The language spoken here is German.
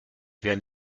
wer